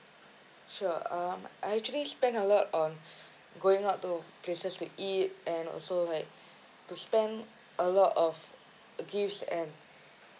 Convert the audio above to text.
sure um I actually spend a lot on going out to places to eat and also like to spend a lot of gifts and